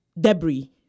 debris